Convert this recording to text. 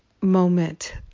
moment